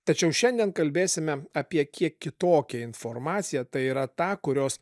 tačiau šiandien kalbėsime apie kiek kitokią informaciją tai yra tą kurios